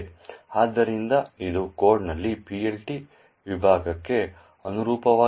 ಆದ್ದರಿಂದ ಇದು ಕೋಡ್ನಲ್ಲಿನ PLT ವಿಭಾಗಕ್ಕೆ ಅನುರೂಪವಾಗಿದೆ